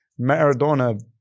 Maradona